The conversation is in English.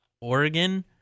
oregon